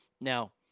Now